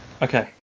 Okay